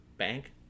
bank